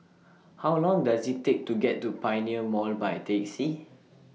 How Long Does IT Take to get to Pioneer Mall By A Taxi